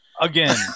again